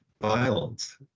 violence